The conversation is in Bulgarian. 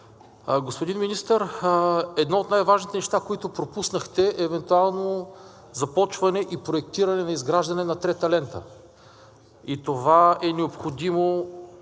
Господин Министър, едно от най-важните неща, които пропуснахте, е евентуално започване и проектиране на изграждане на трета лента и това е необходимо